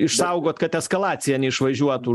išsaugot kad eskalacija neišvažiuotų